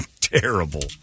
terrible